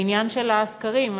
בעניין של הסקרים,